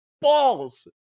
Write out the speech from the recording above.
balls